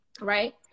right